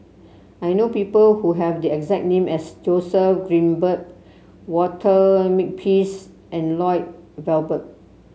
I know people who have the exact name as Joseph Grimberg Walter Makepeace and Lloyd Valberg